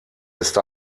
ist